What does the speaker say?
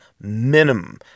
minimum